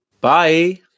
Bye